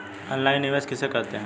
Online निवेश किसे कहते हैं?